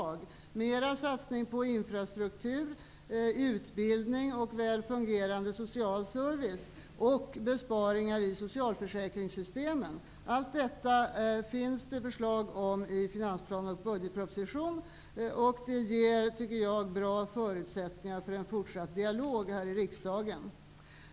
Han tog upp ökade satsningar på infrastruktur, utbildning och en väl fungerande social service samt besparingar i socialförsäkringssystemet. Allt detta finns det förslag om i finansplanen och budgetpropositionen. Jag tycker att det ger bra förutsättningar för en fortsatt dialog här i riksdagen.